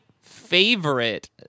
favorite